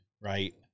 right